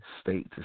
state